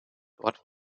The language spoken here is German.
dort